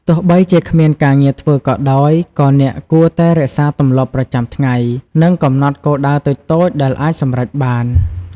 ទោះបីជាគ្មានការងារធ្វើក៏ដោយ ក៏អ្នកគួរតែរក្សាទម្លាប់ប្រចាំថ្ងៃ និងកំណត់គោលដៅតូចៗដែលអាចសម្រេចបាន។